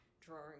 drawing